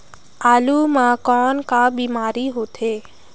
आलू म कौन का बीमारी होथे?